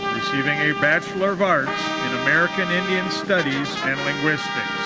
receiving a bachelor of arts in american indian studies and linguistics.